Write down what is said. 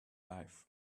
life